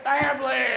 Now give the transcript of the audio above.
family